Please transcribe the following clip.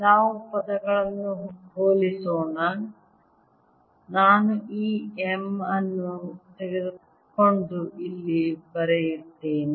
ನಾವು ಪದಗಳನ್ನು ಹೋಲಿಸೋಣ ನಾನು ಈ m ಅನ್ನು ತೆಗೆದುಕೊಂಡು ಇಲ್ಲಿ ಬರೆಯುತ್ತೇನೆ